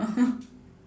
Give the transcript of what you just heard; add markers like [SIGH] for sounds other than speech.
[LAUGHS]